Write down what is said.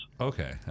Okay